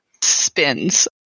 spins